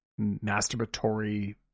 masturbatory